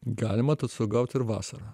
galima atostogaut ir vasarą